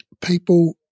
people